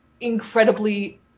incredibly